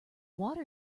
water